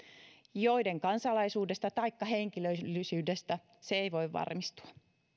joiden kansalaisuudesta taikka henkilöllisyydestä se ei voi varmistua